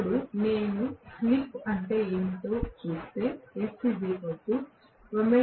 ఇప్పుడు నేను స్లిప్ అంటే ఏమిటో చూస్తే ωr0